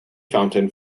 fountain